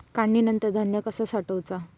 काढणीनंतर धान्य कसा साठवुचा?